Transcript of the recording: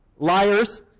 Liars